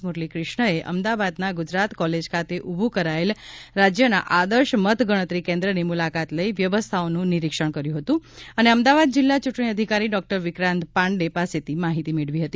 મુરલીક્રિષ્ણાએ અમદાવાદના ગુજરાત કોલેજ ખાતે ઊભું કરાયેલ રાજ્યના આદર્શ મતગણતરી કેન્દ્રની મુલાકાત લઈ વ્યવસ્થાઓનું નિરીક્ષણ કર્યું હતું અને અમદાવાદ જિલ્લા ચૂંટણી અધિકારી ડોક્ટર વિક્રાંત પાંડે પાસેથી માહિતી મેળવી હતી